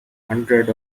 hundred